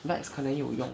vex 可能有用